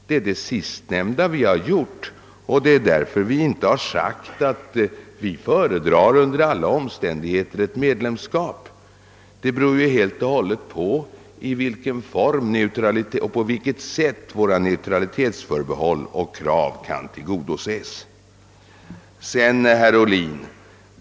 Det sistnämnda har gjorts och därför har vi inte sagt, att vi under alla omständigheter föredrar ett medlemskap — det beror ju helt och hållet på i vilken form och på vilket sätt våra neutralitetsförbehåll och krav kan tillgodoses. Herr Ohlin!